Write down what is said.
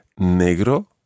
Negro